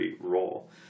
role